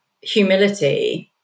humility